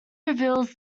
reveals